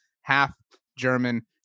half-German